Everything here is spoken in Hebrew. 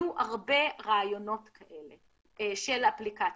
יהיו הרבה רעיונות כאלה של אפליקציות.